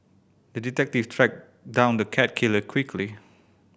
the detective tracked down the cat killer quickly